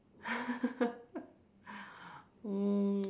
um